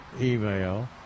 email